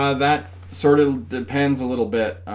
ah that sort of depends a little bit